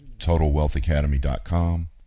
TotalWealthAcademy.com